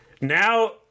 Now